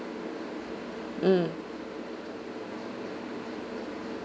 mm